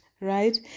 right